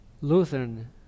Lutheran